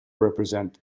represent